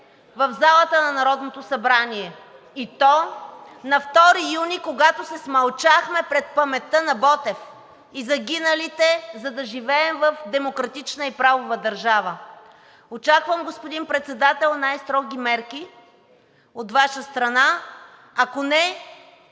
в залата на Народното събрание, и то на 2 юни, когато се смълчахме пред паметта на Ботев и загиналите, за да живеем в демократична и правова държава. Очаквам, господин Председател, най-строги мерки от Ваша страна. Ако не,